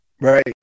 right